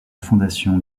fondation